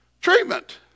treatment